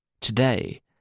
Today